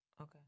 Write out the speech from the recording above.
Okay